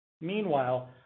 Meanwhile